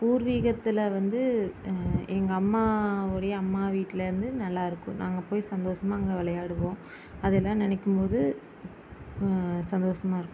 பூர்வீகத்தில் வந்து எங்கள் அம்மாவுடைய அம்மா வீட்டிலேந்து நல்லாருக்கும் நாங்கள் போய் சந்தோசமாக அங்கே விளையாடுவோம் அதெலாம் நினைக்கும்போது சந்தோசமாக இருக்கும்